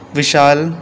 विशाल